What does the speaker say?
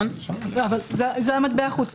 זה מטבע חוץ.